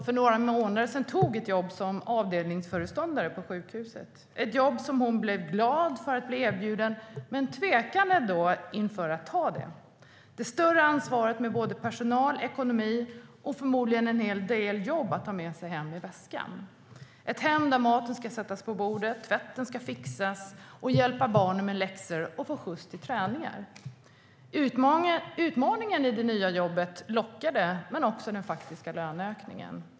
För några månader sedan tog hon ett jobb som avdelningsföreståndare på sjukhuset. Det var ett jobb som hon blev glad för att bli erbjuden men tvekade att ta. Det skulle ge större ansvar för både personal och ekonomi och förmodligen en hel del arbete att ta med sig i väskan till ett hem där maten ska sättas på bordet, tvätten ska fixas och barnen ska få hjälp med läxor och få skjuts till träningar. Utmaningen i det nya jobbet lockade, men också den faktiska löneökningen.